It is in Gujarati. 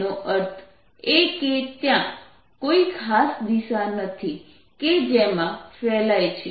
તેનો અર્થ એ કે ત્યાં કોઈ ખાસ દિશા નથી કે જેમાં ફેલાય છે